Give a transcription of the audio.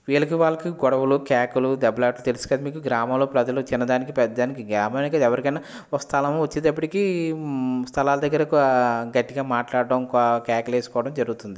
వీళ్ళకి వాళ్ళకి గొడవలు కేకలు దెబ్బలాటలు తెలుసు కదా మీకు గ్రామంలో ప్రజలు చిన్నదానికి పెద్ద దానికి ఎవరికైనా ఒక స్థలం వచ్చేటప్పటికి స్థలాల దగ్గర గట్టిగా మాట్లాడడం కేకలు వేసుకోవడం జరుగుతుంది